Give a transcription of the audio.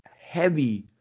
heavy